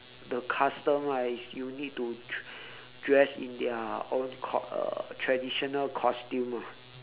the custom ah is you need to dress in their own cos~ uh traditional costume ah